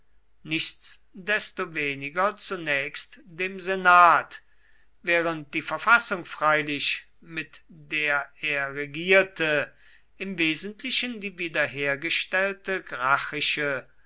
nichtsdestoweniger zunächst dem senat während die verfassung freilich mit der er regierte im wesentlichen die wiederhergestellte